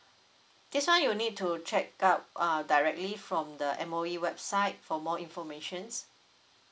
that's why you need to check out uh directly from the M_O_E website for more informations